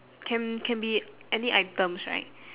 can can be any items right